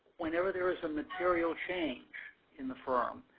whenever there is a material change in the firm,